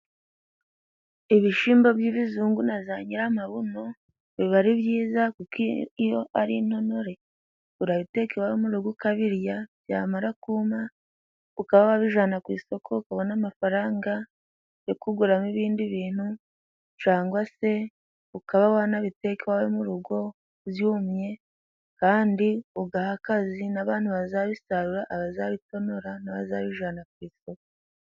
Ibishimbo by'ibizungu na za nyiramabuno biba ari byiza kuko iyo ari intonore urabiteka iwawe mu rugo ukabirya, byamara kuma ukaba wabijana ku isoko ukabona amafaranga yo kuguramo ibindi bintu ,cangwa se ukaba wanabiteka iwawe mu rugo byumye kandi ugaha akazi n'abantu bazabisarura, abazabitonora ,n'abazabijana ku isoko.